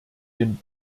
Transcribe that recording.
den